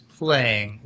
playing